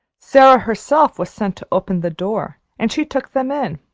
sara herself was sent to open the door, and she took them in.